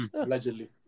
Allegedly